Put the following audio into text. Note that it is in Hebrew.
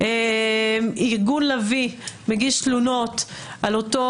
ארגון לביא מגיש תלונות על אותו